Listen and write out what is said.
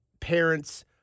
parents